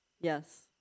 Yes